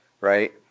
right